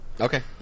okay